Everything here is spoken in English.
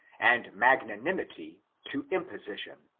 and magnanimity to imposition.